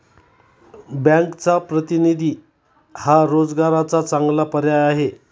बँकचा प्रतिनिधी हा रोजगाराचा चांगला पर्याय आहे